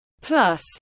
Plus